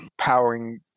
powering